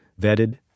vetted